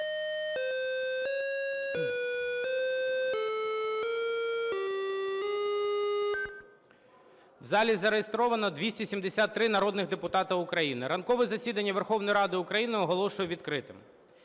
У залі зареєстровано 273 народних депутати України. Ранкове засідання Верховної Ради України оголошую відкритим.